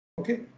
Okay